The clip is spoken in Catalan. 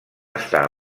estar